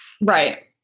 right